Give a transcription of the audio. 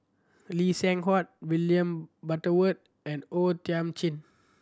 Lee Seng Huat William Butterworth and O Thiam Chin